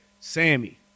Sammy